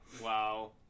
wow